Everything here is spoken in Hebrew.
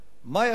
מה היה קורה,